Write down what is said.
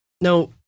Now